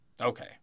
Okay